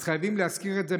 אז חייבים להזכיר את זה,